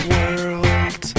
World